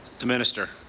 the minister.